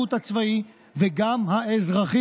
לשירות גם הצבאי וגם האזרחי.